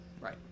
Right